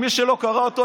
מי שלא קרא אותו,